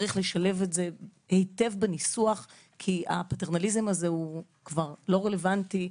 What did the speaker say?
יש לשלב את זה היטב בניסוח כי הפטרנליזם הזה לא רלוונטי,